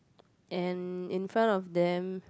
and in front of them